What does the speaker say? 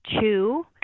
Two